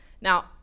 Now